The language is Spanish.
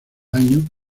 año